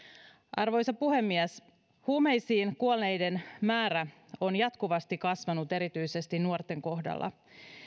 arvoisa puhemies huumeisiin kuolleiden määrä on jatkuvasti kasvanut erityisesti nuorten kohdalla